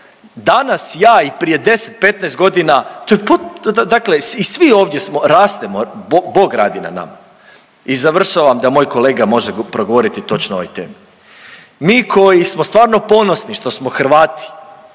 Danas ja i prije 10, 15 godina, to je, dakle i svi ovdje smo rastemo, Bog radi na nama. I završavam da moj kolega može govoriti točno o ovoj temi. Mi koji smo stvarno ponosni što smo Hrvati